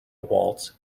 waltz